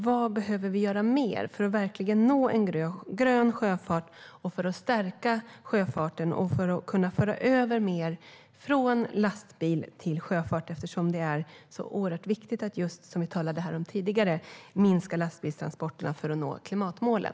Vad behöver vi göra mer för att nå fram till en grön sjöfart, stärka den och föra över mer transporter från lastbil till sjöfart? Det är oerhört viktigt att, som vi talade om tidigare, minska lastbilstransporterna för att nå klimatmålen.